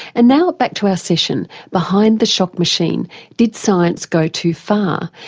and now back to our session behind the shock machine did science go too far?